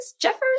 Jeffers